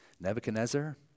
Nebuchadnezzar